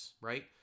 right